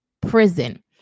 prison